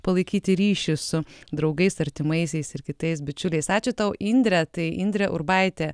palaikyti ryšį su draugais artimaisiais ir kitais bičiuliais ačiū tau indre tai indrė urbaitė